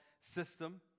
system